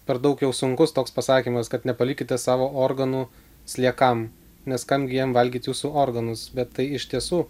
per daug jau sunkus toks pasakymas kad nepalikite savo organų sliekam nes kam gi jiem valgyt jūsų organus bet tai iš tiesų